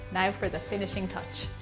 now for the finishing touch.